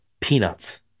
peanuts